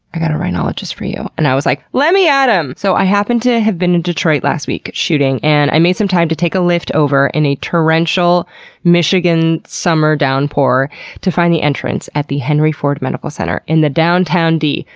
i got a rhinologst for you. and i was like, let me at em! so, i happen to have been in detroit last week shooting and i made some time to take a lyft over in a torrential michigan summer downpour to find the entrance at the henry ford medical center in the downtown d.